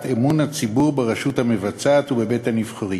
אמון הציבור ברשות המבצעת ובבית-הנבחרים.